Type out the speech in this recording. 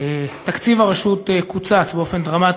תקציב הרשות קוצץ באופן דרמטי,